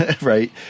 Right